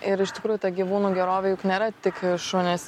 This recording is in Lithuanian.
ir iš tikrųjų ta gyvūnų gerovė juk nėra tik šunys